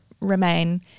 remain